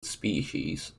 species